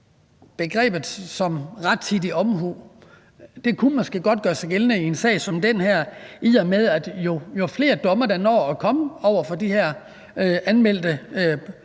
begrebet rettidig omhu kunne måske gøre sig gældende i en sag som den her, i og med at der er flere domme, der når at komme over de her anmeldte